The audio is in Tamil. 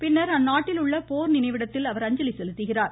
பின்னர் அந்நாட்டில் உள்ள போர் வீரர் நினைவிடத்தில் அவர் அஞ்சலி செலுத்துகிறார்